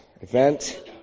event